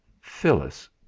Phyllis